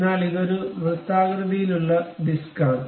എന്നാൽ ഇത് ഒരു വൃത്താകൃതിയിലുള്ള ഡിസ്ക് ആണ്